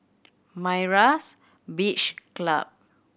Myra's Beach Club